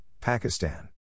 Pakistan